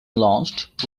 launched